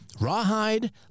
Rawhide